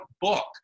book